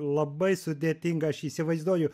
labai sudėtinga aš įsivaizduoju